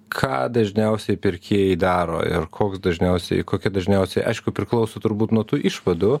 ką dažniausiai pirkėjai daro ir koks dažniausiai kokia dažniausiai aišku priklauso turbūt nuo tų išvadų